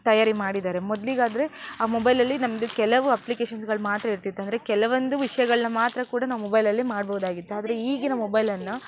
ತಯಾರಿ ಮಾಡಿದ್ದಾರೆ ಮೊದಲಿಗಾದ್ರೆ ಆ ಮೊಬೈಲಲ್ಲಿ ನಮ್ಮದು ಕೆಲವು ಅಪ್ಲಿಕೇಶನ್ಸ್ಗಳು ಮಾತ್ರ ಇರ್ತಿತ್ತು ಅಂದರೆ ಕೆಲವೊಂದು ವಿಷಯಗಳನ್ನ ಮಾತ್ರ ಕೂಡ ನಾವು ಮೊಬೈಲಲ್ಲೆ ಮಾಡ್ಬೋದಾಗಿತ್ತು ಆದರೆ ಈಗಿನ ಮೊಬೈಲನ್ನು